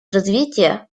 развития